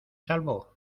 salvo